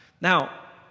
Now